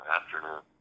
afternoon